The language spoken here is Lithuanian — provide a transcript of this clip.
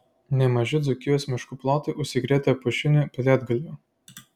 nemaži dzūkijos miškų plotai užsikrėtę pušiniu pelėdgalviu